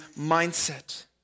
mindset